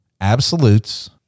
absolutes